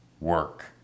work